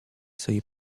sobie